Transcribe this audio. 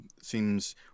seems